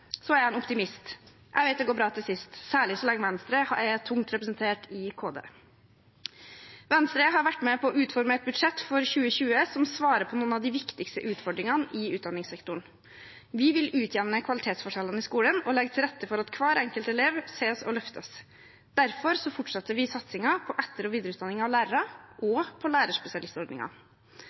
jeg en optimist». «Jeg vet det går bra til sist», særlig så lenge Venstre er tungt representert i KD. Venstre har vært med på å utforme et budsjett for 2020 som svarer på noen av de viktigste utfordringene i utdanningssektoren: Vi vil utjevne kvalitetsforskjellene i skolen og legge til rette for at hver enkelt elev ses og løftes. Derfor fortsetter vi satsingen på etter- og videreutdanning av lærere og på